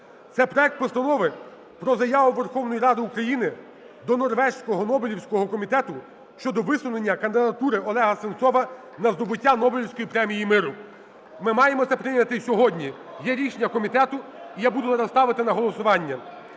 це проект Постанови про Заяву Верховної Ради України до Норвезького Нобелівського комітету щодо висунення кандидатури Олега Сенцова на здобуття Нобелівської премії миру. Ми маємо це прийняти сьогодні. Є рішення комітету, і я буду зараз ставити на голосування.